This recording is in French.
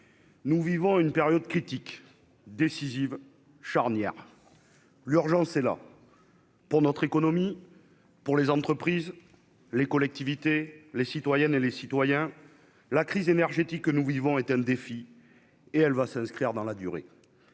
nous vivons une période critique décisive charnière, l'urgence est là pour notre économie pour les entreprises, les collectivités, les citoyennes et les citoyens, la crise énergétique que nous vivons est un défi, et elle va s'inscrire dans la durée